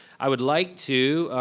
i would like to,